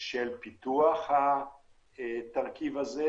של פיתוח התרכיב הזה,